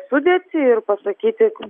sudėtį ir pasakyti